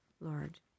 Lord